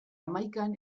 hamaikan